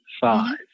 five